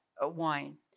wine